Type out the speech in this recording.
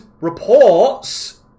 reports